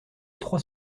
trois